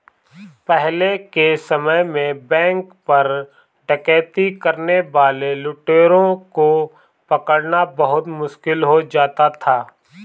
पहले के समय में बैंक पर डकैती करने वाले लुटेरों को पकड़ना बहुत मुश्किल हो जाता था